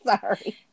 Sorry